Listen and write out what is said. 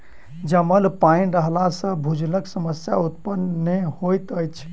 जमल पाइन रहला सॅ भूजलक समस्या उत्पन्न नै होइत अछि